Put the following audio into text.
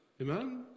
Amen